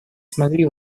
смогли